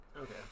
okay